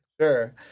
Sure